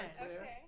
Okay